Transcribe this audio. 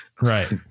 right